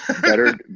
better